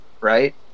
right